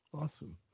Awesome